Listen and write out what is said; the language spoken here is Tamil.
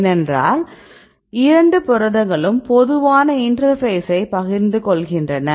ஏனென்றால் இரண்டு புரதங்களும் பொதுவான இன்டெர்பேஸை பகிர்ந்து கொள்கின்றன